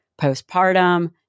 postpartum